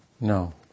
No